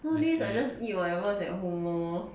nowadays I just eat whatever at home lor